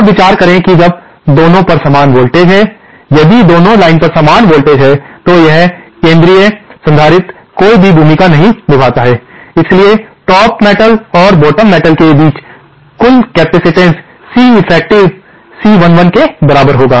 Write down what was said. अब विचार करें कि जब दोनों पर समान वोल्टेजस हैं यदि दोनों लाइन्स पर समान वोल्टेजस हैं तो यह केंद्रीय संधारित्र कोई भी भूमिका नहीं निभाता है इसलिए टॉप मेटल और बॉटम मेटल के बीच कुल कैपेसिटेंस C इफेक्टिव C11 के बराबर होगा